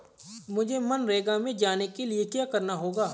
मुझे मनरेगा में जाने के लिए क्या करना होगा?